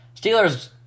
Steelers